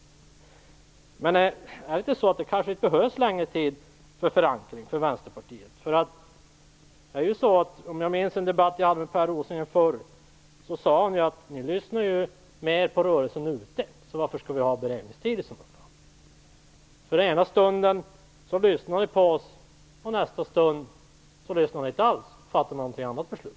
Men det behövs kanske inte längre tid för förankring för Vänsterpartiet. Jag minns en debatt som jag hade med Per Rosengren. Då sade han att de lyssnade mer på rörelsen ute. Varför skall vi ha en beredningstid i sådana fall? Den ena stunden lyssnar ni på oss, och nästa stund lyssnar ni inte alls utan fattar ett helt annat beslut.